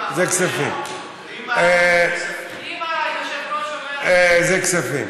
אם היושב-ראש אומר, זה בסדר.